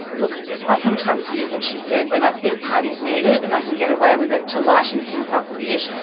look i sometimes use it, she said, when i think parties need it, and i can get away with it to lighten things up a bit,